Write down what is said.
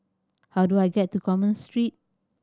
how do I get to Commerce Street